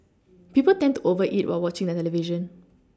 people tend to over eat while watching the television